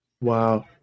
Wow